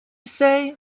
say